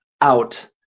out